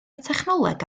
technoleg